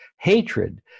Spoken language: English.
hatred